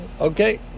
Okay